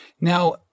Now